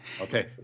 Okay